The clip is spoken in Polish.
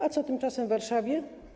A co tymczasem w Warszawie?